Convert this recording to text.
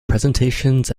presentations